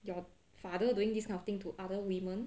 your father doing this kind of thing to other women